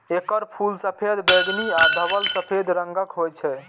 एकर फूल सफेद, बैंगनी आ धवल सफेद रंगक होइ छै